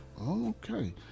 okay